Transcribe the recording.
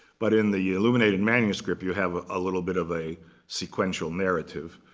but in the illuminated manuscript, you have a little bit of a sequential narrative.